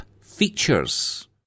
features